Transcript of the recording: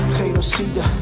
genocide